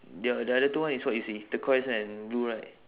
the the other two one is what you see turquoise and blue right